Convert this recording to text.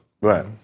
Right